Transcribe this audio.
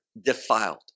defiled